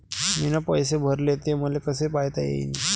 मीन पैसे भरले, ते मले कसे पायता येईन?